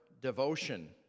devotion